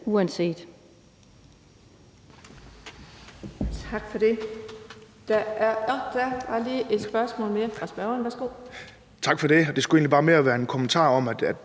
uanset